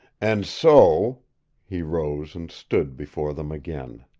and so he rose and stood before them again.